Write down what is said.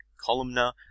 columnar